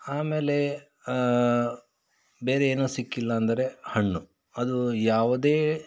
ಆಮೇಲೆ ಬೇರೆ ಏನು ಸಿಕ್ಕಿಲ್ಲ ಅಂದರೆ ಹಣ್ಣು ಅದು ಯಾವುದೇ